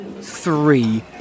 three